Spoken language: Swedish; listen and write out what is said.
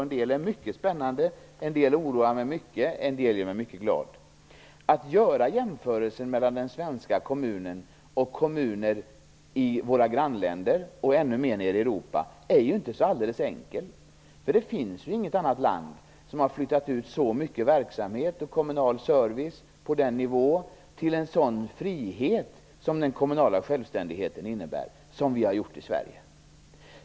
En del är mycket spännande, en del oroar mig mycket och en del gör mig mycket glad. Att göra jämförelser mellan en svensk kommun och kommuner i våra grannländer eller, i ännu högre grad, mellan en svensk kommun och kommuner i Europa är inte så alldeles enkelt. Det finns inget annat land som har flyttat ut så mycket verksamhet och kommunal service, på den nivå och med den frihet som den kommunala självständigheten innebär, som vi har gjort i Sverige.